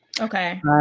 Okay